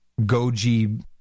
goji